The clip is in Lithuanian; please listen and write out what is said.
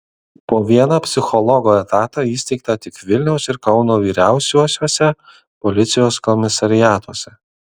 po vieną psichologo etatą įsteigta tik vilniaus ir kauno vyriausiuosiuose policijos komisariatuose